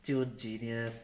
就 genius